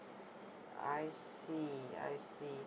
I see I see